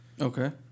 Okay